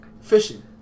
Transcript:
fishing